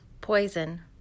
Poison